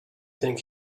think